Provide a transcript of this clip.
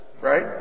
right